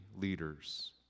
leaders